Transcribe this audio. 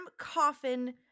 coffin